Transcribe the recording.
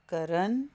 ਕਰਨ